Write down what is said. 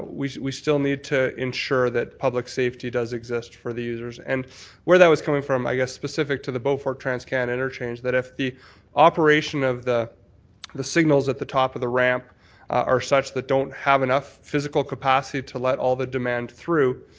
but we we still need to ensure that public safety does exist for the users and where that was coming from i guess specific to the beaufort transcanada interchange that if the operation of the the signals at the top of the ramp are such that don't have enough physical capacity to let all the demand through,